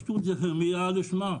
פשוט זה רמייה לשמה,